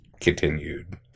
continued